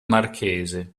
marchese